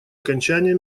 окончания